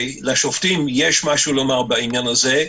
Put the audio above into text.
לשופטים יש משהו לומר בעניין הזה,